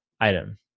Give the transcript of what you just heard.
item